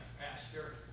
Pastor